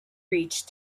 reach